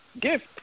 gift